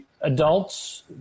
adults